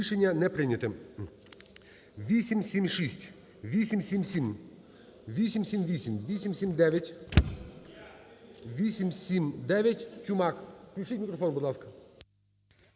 Рішення не прийнято.